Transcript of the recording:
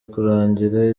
kurangira